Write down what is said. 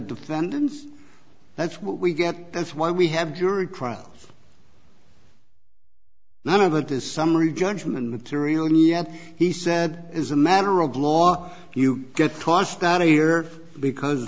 defendants that's what we get that's why we have jury trials none of it is summary judgment material and yet he said as a matter of law you get tossed out here because